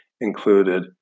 included